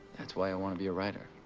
that's why i wanna be a writer.